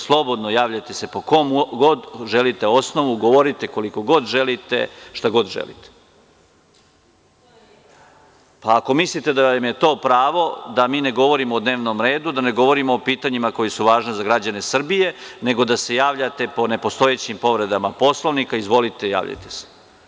Slobodno se javljajte po kom god želite osnovu, govorite koliko god želite, šta god želite. (Aleksandra Jerkov, s mesta: To je moje pravo.) Ako mislite da vam je to pravo, da mi ne govorimo o dnevnom redu, da ne govorimo o pitanjima koja su važna za građane Srbije, nego da se javljate po nepostojećim povredama Poslovnika, izvolite javljajte se.